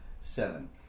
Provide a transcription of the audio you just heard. Seven